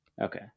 Okay